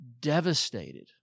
devastated